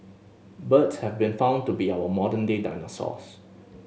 birds have been found to be our modern day dinosaurs